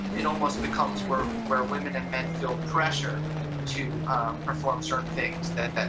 it almost becomes where where women and men feel pressure to perform certain things that that